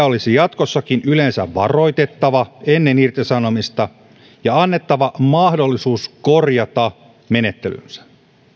olisi jatkossakin yleensä varoitettava ennen irtisanomista ja annettava mahdollisuus korjata menettelynsä